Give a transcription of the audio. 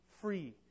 free